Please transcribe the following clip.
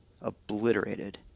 obliterated